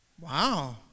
Wow